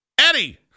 Eddie